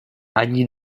они